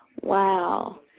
Wow